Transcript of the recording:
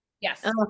Yes